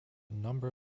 number